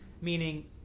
meaning